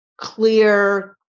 clear